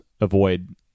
avoid